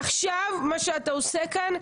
עכשיו מה שאתה עושה כאן,